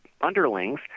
underlings